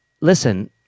listen